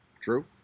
True